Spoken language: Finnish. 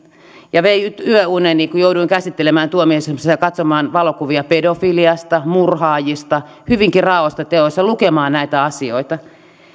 ja se vei yöuneni kun jouduin tuomioistuimessa käsittelemään ja katsomaan valokuvia pedofiliasta murhaajista hyvinkin raaoista teoista lukemaan näitä asioita